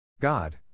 God